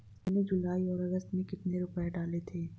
मैंने जुलाई और अगस्त में कितने रुपये डाले थे?